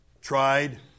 tried